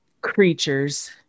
creatures